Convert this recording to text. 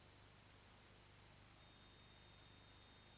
Grazie,